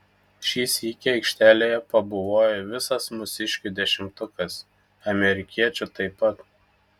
šį sykį aikštelėje pabuvojo visas mūsiškių dešimtukas amerikiečių taip pat